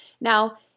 Now